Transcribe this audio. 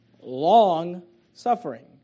long-suffering